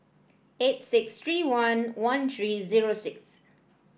eight six three one one three zero six